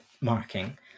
marking